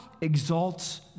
exalts